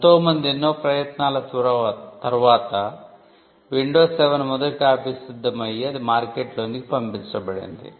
ఎంతో మంది ఎన్నో ప్రయత్నాల తర్వాత విండోస్ 7 మొదటి కాపీ సిద్ధం అయి అది మార్కెట్ లోనికి పంపించబడింది